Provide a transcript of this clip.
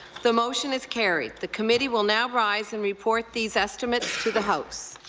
the motion is carried. the committee will now rise and report these estimates to the house.